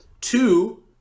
Two